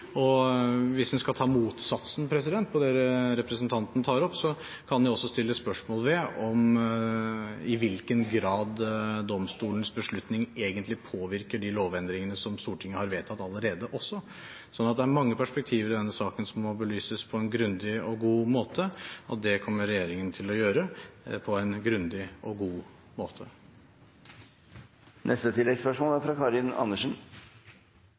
Hvis en skal ta motsatsen til det representanten tar opp, kan en jo også stille spørsmål ved i hvilken grad domstolens beslutning egentlig påvirker de lovendringene som Stortinget allerede har vedtatt. Så det er mange perspektiver i denne saken som må belyses, og det kommer regjeringen til å gjøre på en grundig og god måte.